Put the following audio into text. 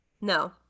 No